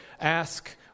ask